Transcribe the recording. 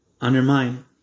undermine